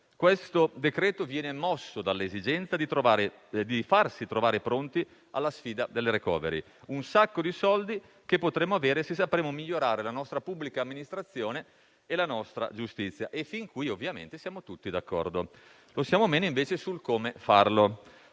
Questo decreto viene mosso dall'esigenza di farsi trovare pronti alla sfida del *recovery plan*: un sacco di soldi che potremo avere se sapremo migliorare la nostra pubblica amministrazione e la nostra giustizia. Fin qui, ovviamente, siamo tutti d'accordo. Lo siamo meno, invece, su come farlo.